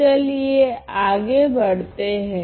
तो चलिए आगे बढ़ते हैं